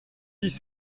dix